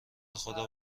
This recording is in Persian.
خدا